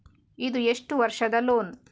ಇದು ಎಷ್ಟು ವರ್ಷದ ಲೋನ್?